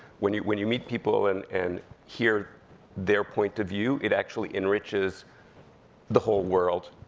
when you when you meet people, and and hear their point of view, it actually enriches the whole world,